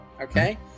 Okay